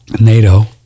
NATO